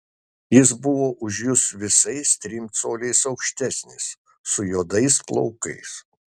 jis buvo už jus visais trim coliais aukštesnis su juodais plaukais